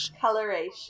coloration